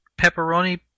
pepperoni